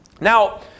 Now